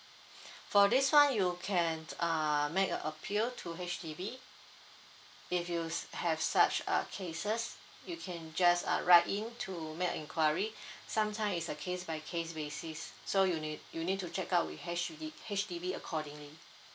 for this one you can err make a appeal to H_D_B if you have such a cases you can just uh write in to make an enquiry sometime is a case by case basis so you need you need to check out with H_D_B H_D_B accordingly